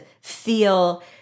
feel